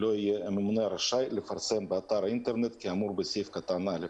לא יהיה הממונה רשאי לפרסם באתר האינטרנט כאמור בסעיף קטן (א)".